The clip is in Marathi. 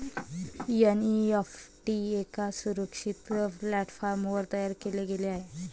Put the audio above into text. एन.ई.एफ.टी एका सुरक्षित प्लॅटफॉर्मवर तयार केले गेले आहे